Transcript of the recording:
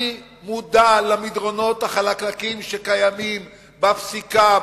אני מודע למדרונות החלקלקים שקיימים בפסיקה,